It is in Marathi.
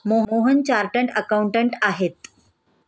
मोहन चार्टर्ड अकाउंटंट आहेत